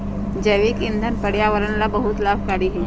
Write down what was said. जैविक ईंधन पर्यावरण ला बहुत लाभकारी हई